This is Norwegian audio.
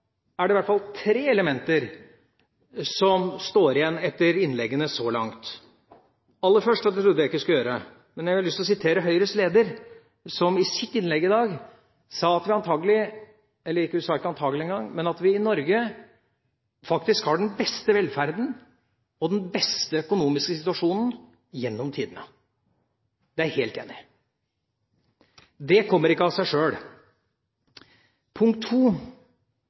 at det i hvert fall er tre elementer som står igjen etter innleggene så langt. Aller først – og det trodde jeg ikke jeg skulle gjøre – har jeg lyst til å sitere Høyres leder, som i sitt innlegg i dag sa at vi i Norge faktisk «har den beste velferden» og den beste økonomiske situasjonen gjennom tidene. Det er jeg helt enig i. Det kommer ikke av seg sjøl.